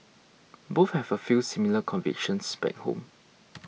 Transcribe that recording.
both have a few similar convictions back home